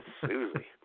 Susie